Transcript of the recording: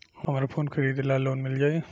हमरा फोन खरीदे ला लोन मिल जायी?